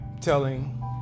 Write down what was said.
telling